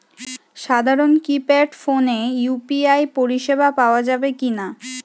সাধারণ কিপেড ফোনে ইউ.পি.আই পরিসেবা পাওয়া যাবে কিনা?